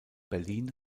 berlin